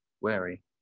wary